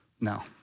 No